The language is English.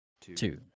two